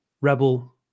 Rebel